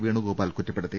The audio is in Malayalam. വേണുഗോപാൽ കുറ്റപ്പെടുത്തി